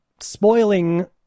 spoiling